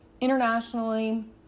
internationally